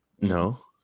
No